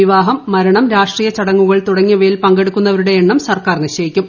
വിവാഹം മരണം രാഷ്ട്രീയ ചടങ്ങുകൾ തുടങ്ങിയവയിൽ പങ്കെടുക്കുന്നവരുടെ എണ്ണം സർക്കാർ നിശ്ചയിക്കും